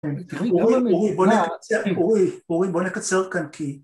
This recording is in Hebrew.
אורי, אורי, בוא נקצר כאן כי